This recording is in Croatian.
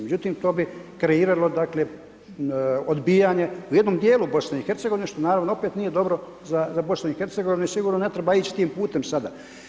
Međutim to bi kreiralo dakle odbijanje u jednom dijelu BiH, što naravno opet nije dobro za BiH i sigurno ne treba ići tim putem sada.